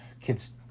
kids